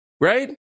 Right